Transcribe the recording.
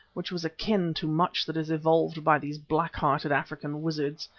which was akin to much that is evolved by these black-hearted african wizards,